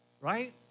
Right